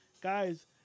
guys